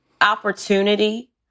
opportunity